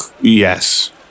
Yes